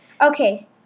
Okay